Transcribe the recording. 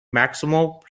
maximal